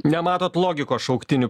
nematot logikos šauktinių